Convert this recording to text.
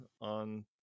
on